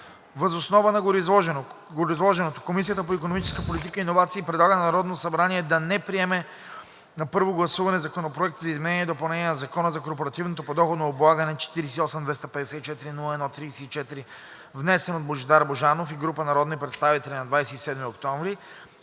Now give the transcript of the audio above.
Въз основа на гореизложеното Комисията по икономическа политика и иновации предлага на Народното събрание да не приеме на първо гласуване Законопроект за изменение и допълнение на Закона за корпоративното подоходно облагане, № 48-254-01-34, внесен от Божидар Божанов и група народни представители на 27 октомври